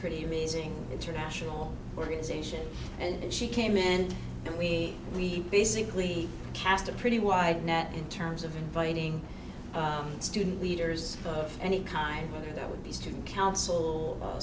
pretty amazing international organization and she came in and we we basically cast a pretty wide net in terms of inviting student leaders of any kind whether that would be student coun